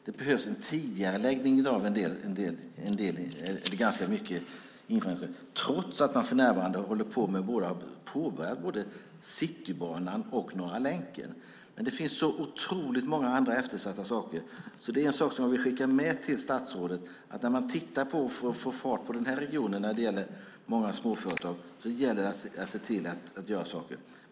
Det behövs en tidigareläggning av ganska många infrastrukturinvesteringar, trots att man har påbörjat både Citybanan och Norra länken. Det finns så otroligt många andra eftersatta saker. Därför vill jag skicka med följande till statsrådet. När man försöker få fart på denna region när det gäller många småföretag gäller det att se till att göra saker.